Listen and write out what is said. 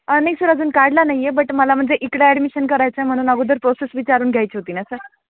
नाही सर अजून काढला नाही आहे बट मला म्हणजे इकडं ॲडमिशन करायचं आहे म्हणून अगोदर प्रोसेस विचारून घ्यायची होती ना सर